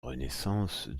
renaissance